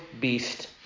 beast